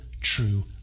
true